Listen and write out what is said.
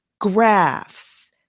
graphs